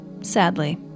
sadly